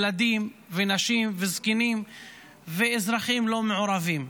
ילדים ונשים וזקנים ואזרחים לא מעורבים.